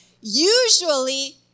Usually